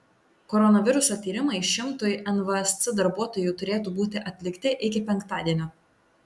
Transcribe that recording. koronaviruso tyrimai šimtui nvsc darbuotojų turėtų būti atlikti iki penktadienio